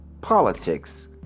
Politics